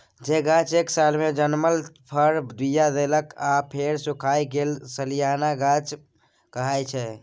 जे गाछ एक सालमे जनमल फर, बीया देलक आ फेर सुखाए गेल सलियाना गाछ कहाइ छै